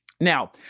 Now